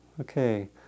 Okay